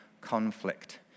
conflict